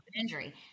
injury